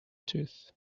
tooth